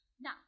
Now